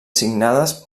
signades